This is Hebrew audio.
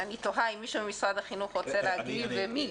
אני תוהה אם מישהו ממשרד החינוך רוצה להגיב ומי.